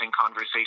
conversation